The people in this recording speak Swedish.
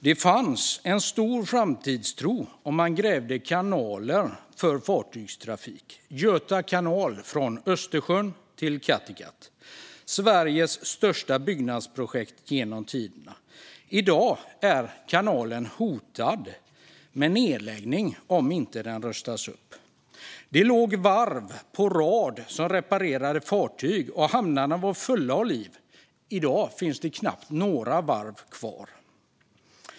Det fanns en stor framtidstro, och man grävde kanaler för fartygstrafik. Göta kanal från Östersjön till Kattegatt är Sveriges största byggnadsprojekt genom tiderna. I dag hotas kanalen av nedläggning om den inte rustas upp. Det låg varv på rad som reparerade fartyg, och hamnarna var fulla av liv. I dag finns det knappt några varv kvar.